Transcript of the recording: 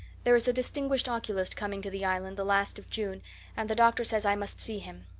there is a distinguished oculist coming to the island the last of june and the doctor says i must see him.